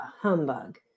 humbug